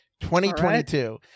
2022